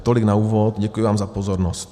Tolik na úvod, děkuji vám za pozornost.